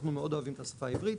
שאנחנו מאוד אוהבים את השפה העברית,